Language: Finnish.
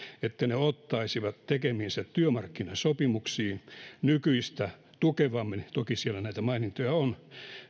että ne ottaisivat tekemiinsä työmarkkinasopimuksiin nykyistä tukevammin toki siellä näitä mainintoja on